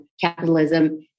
capitalism